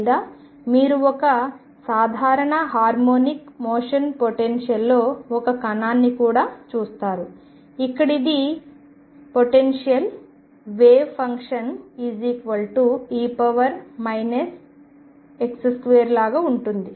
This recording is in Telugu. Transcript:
లేదా మీరు ఒక సాధారణ హార్మోనిక్ మోషన్ పొటెన్షియల్లో ఒక కణాన్ని కూడా చూస్తారు ఇక్కడ ఇది potential wave function e x2 లాగా ఉంటుంది